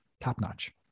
top-notch